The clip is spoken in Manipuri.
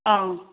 ꯑꯪ